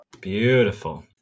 Beautiful